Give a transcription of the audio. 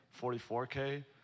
44K